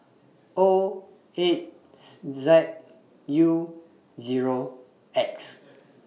O eight Z U Zero X